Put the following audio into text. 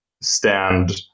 stand